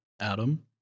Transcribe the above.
Adam